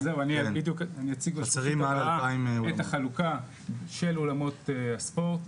רגע אני אציג את החלוקה של אולמות הספורט.